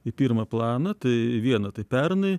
į pirmą planą tai viena tai pernai